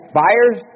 buyers